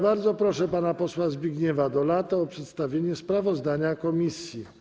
Bardzo proszę pana posła Zbigniewa Dolatę o przedstawienie sprawozdania komisji.